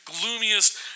gloomiest